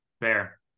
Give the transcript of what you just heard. Fair